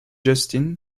justin